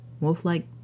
Wolf-like